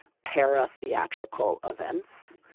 paratheatrical events.